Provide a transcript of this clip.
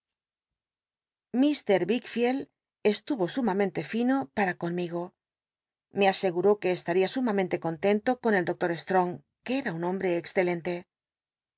wicfield estuyo sumamente fino para conmigo me aseguró que cstaria sumamente contento con el doctor sllong que era un hombre excelente